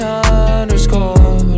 underscore